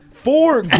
Four